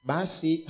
Basi